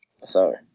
sorry